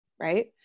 right